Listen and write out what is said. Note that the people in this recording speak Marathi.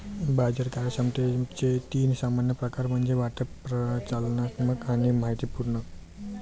बाजार कार्यक्षमतेचे तीन सामान्य प्रकार म्हणजे वाटप, प्रचालनात्मक आणि माहितीपूर्ण